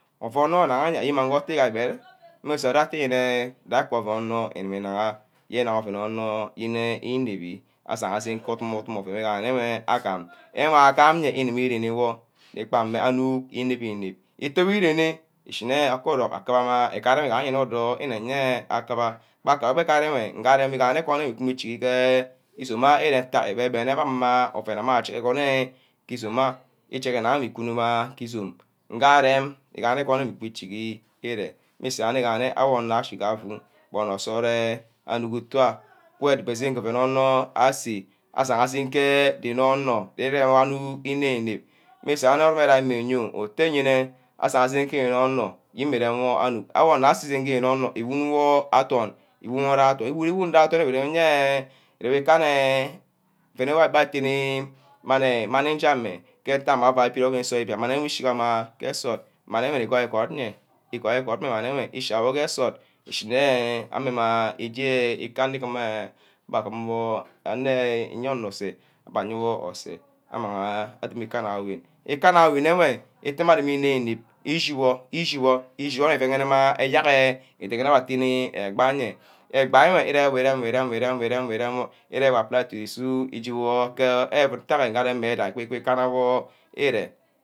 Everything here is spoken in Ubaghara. Ouo wor inagihe ayemeh igu utu igaha mmusu atteh dakubor ouen ohor ouen nigaha yeah igaha ouen onor yene inebbi asang senh ke nsort ishineh ke ame-ma ije ke ikana gimeh abeh agim wor anor ye inor oseh abva aye wor oseh amang adumi ikana weh, ikana wey enwe itemeh aremi inep- inep ishi wor, eshi wor iuene mma eyewar egba eyeah, egba enwe iremon, irom iren, irom, irem, irem apply du- du isu wor ke euid, ntack ngee areme mi dangi ikana wor ire.